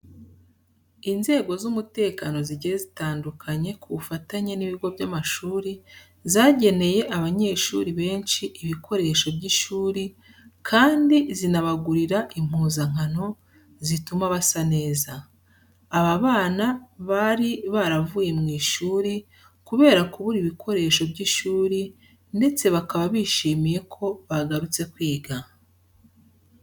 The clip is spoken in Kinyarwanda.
Inzego z'umutekano zigiye zitandukanye ku bufatanye n'ibigo by'amashuri zageneye abanyeshuri benshi ibikoresho by'ishuri kandi zinabagurira impuzankano zituma basa neza. Aba bana bari baravuye mu ishuri kubera kubura ibikoresho by'ishuri ndetse bakaba bishimiye ko bagarutse kwiga.